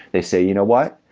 they say, you know what?